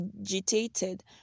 agitated